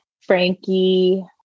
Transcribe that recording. Frankie